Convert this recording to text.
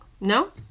no